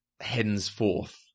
henceforth